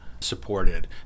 supported